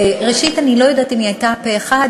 ראשית, אני לא יודעת אם היא הייתה פה-אחד.